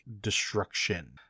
destruction